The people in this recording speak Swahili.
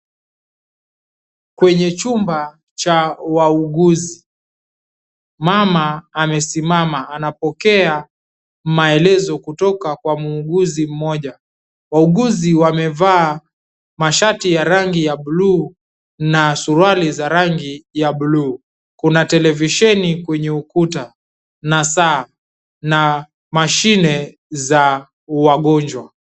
Kwenye chumba cha wauguzi, mama amesimama anapokea maelezo kutoka kwa muuguzi mmoja. Wauguzi wamevaa mashati ya rangi ya buluu na suruali za rangi ya buluu. Kuna televisheni kwenye ukuta na saa na mashine za wagonjwa.